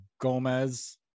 gomez